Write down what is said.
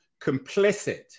Complicit